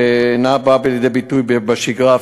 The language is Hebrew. שאינה באה לידי ביטוי בשגרה,